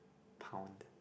pound